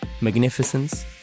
Magnificence